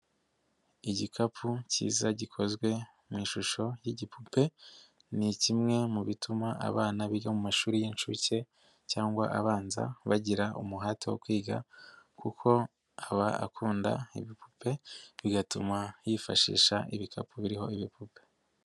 Igikapu kiza gikozwe mu ishusho y'igipupe ni kimwe mu bituma abana biga mu mashuri y'inshuke cyangwa abanza bagira umuhate wo kwiga kuko aba akunda ibipupe bigatuma yifashisha ibikapu biriho ibipupe.